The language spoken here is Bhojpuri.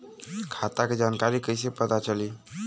खाता के जानकारी कइसे पता चली?